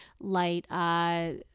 light